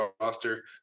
roster